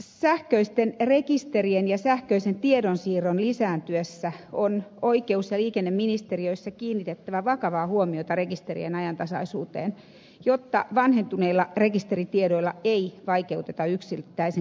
sähköisten rekisterien ja sähköisen tiedonsiirron lisääntyessä on oikeus ja liikenneministeriössä kiinnitettävä vakavaa huomiota rekisterien ajantasaisuuteen jotta vanhentuneilla rekisteritiedoilla ei vaikeuteta yksittäisen kansalaisen elämää